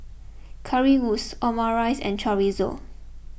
Currywurst Omurice and Chorizo